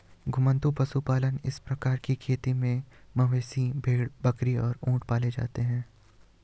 घुमंतू पशुपालन इस प्रकार की खेती में मवेशी, भेड़, बकरी और ऊंट पाले जाते है